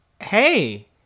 Hey